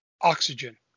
oxygen